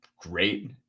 great